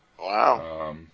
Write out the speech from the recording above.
Wow